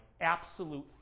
absolute